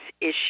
issue